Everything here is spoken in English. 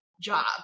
job